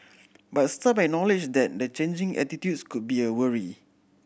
but some acknowledged that the changing attitudes could be a worry